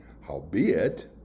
Howbeit